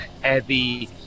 heavy